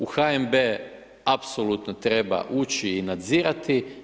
U HNB-e apsolutno treba ući i nadzirati.